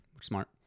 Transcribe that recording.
Smart